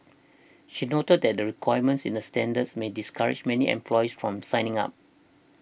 she noted that the requirements in the standards may discourage many employers from signing up